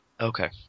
Okay